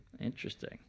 Interesting